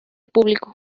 público